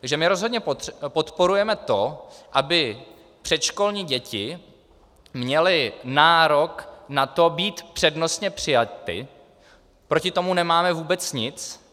Takže my rozhodně podporujeme to, aby předškolní děti měly nárok na to být přednostně přijaty, proti tomu nemáme vůbec nic.